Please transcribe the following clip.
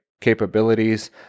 capabilities